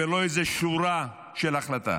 ולא איזו שורה של החלטה.